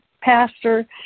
pastor